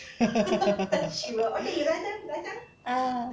ah